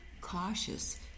cautious